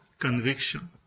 conviction